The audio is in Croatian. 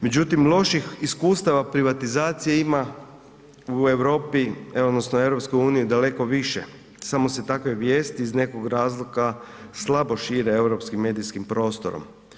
Međutim, loših iskustava privatizacije ima u Europi odnosno EU daleko više samo se takve vijesti iz nekog razloga slabo šire europskim medijskim prostorom.